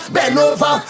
Benova